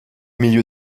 milieu